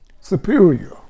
superior